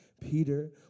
Peter